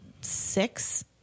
six